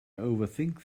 overthink